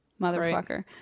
Motherfucker